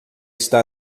está